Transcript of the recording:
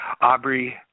Aubrey